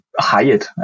hired